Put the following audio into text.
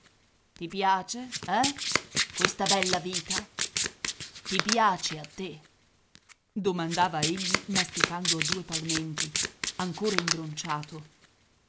ti piace eh questa bella vita ti piace a te domandava egli masticando a due palmenti ancora imbronciato